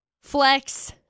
Flex